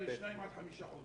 הרשויות עצמן.